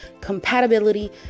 compatibility